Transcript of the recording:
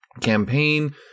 campaign